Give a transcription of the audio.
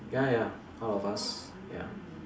ya ya ya all of us ya